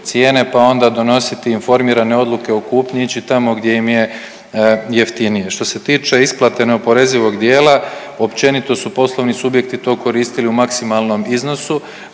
pa onda donositi informirane odluke o kupnji i ići tamo gdje im je jeftinije. Što se tiče isplate neoporezivog dijela, općenito su poslovni subjekti to koristili u maksimalnom iznosu,